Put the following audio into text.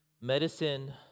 medicine